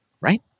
right